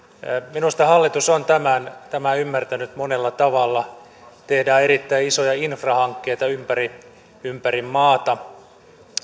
minusta hallitus on tämän ymmärtänyt monella tavalla tehdään erittäin isoja infrahankkeita ympäri ympäri maata